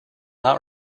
not